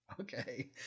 Okay